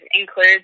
include